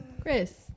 Chris